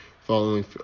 following